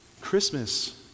Christmas